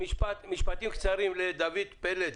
משפט קצר לדוד פלד,